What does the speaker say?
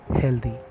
healthy